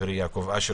חברי יעקב אשר,